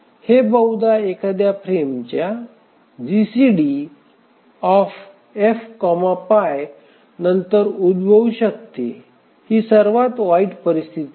हे बहुधा एखाद्या फ्रेमच्या GCDF pi नंतर उद्भवू शकते ही सर्वात वाईट परिस्थिती आहे